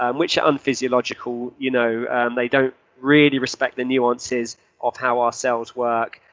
um which on physiological, you know and they don't really respect the nuances of how our cells work,